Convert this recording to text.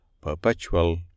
perpetual